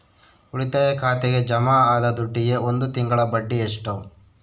ಉಳಿತಾಯ ಖಾತೆಗೆ ಜಮಾ ಆದ ದುಡ್ಡಿಗೆ ಒಂದು ತಿಂಗಳ ಬಡ್ಡಿ ಎಷ್ಟು?